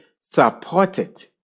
supported